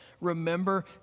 Remember